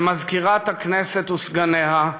למזכירת הכנסת וסגנה,